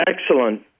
excellent